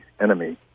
enemy